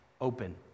open